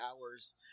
hours